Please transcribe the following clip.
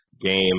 game